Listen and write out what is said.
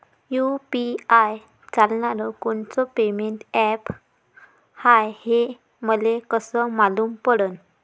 UPI चालणारं कोनचं payment app हाय, हे मले कस मालूम पडन?